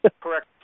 correct